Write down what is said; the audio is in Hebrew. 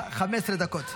יש לך 15 דקות.